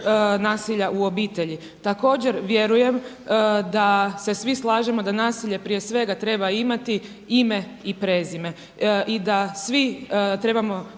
nasilja u obitelji. Također vjerujem da se svi slažemo da nasilje prije svega treba imati ime i prezime i da svi trebamo